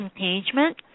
engagement